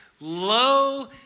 low